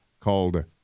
called